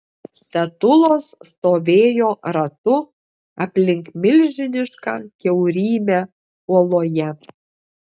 statulos stovėjo ratu aplink milžinišką kiaurymę uoloje